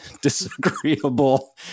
disagreeable